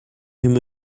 him